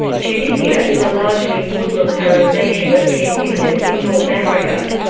tunisia is a largely muslim arab nation of ten million in north africa.